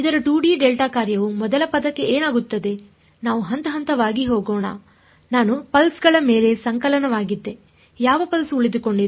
ಇದರ 2 D delta ಕಾರ್ಯವು ಮೊದಲ ಪದಕ್ಕೆ ಏನಾಗುತ್ತದೆ ನಾವು ಹಂತ ಹಂತವಾಗಿ ಹೋಗೋಣ ನಾನು ಪಲ್ಸ್ ಗಳ ಮೇಲೆ ಸಂಕಲನವಾಗಿದ್ದೆ ಯಾವ ಪಲ್ಸ್ ಉಳಿದುಕೊಂಡಿದೆ